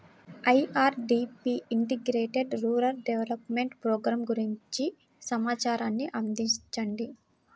IRDP integrated rural development programme గురించి సమాచారాన్ని అందించండి?